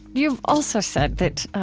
you've also said that, ah,